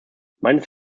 meines